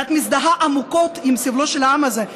ואת מזדהה עמוקות עם סבלו של העם הזה,